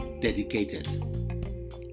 dedicated